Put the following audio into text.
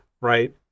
right